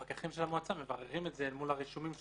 הפקחים של המועצה מבררים את זה מול הרישומים שיש.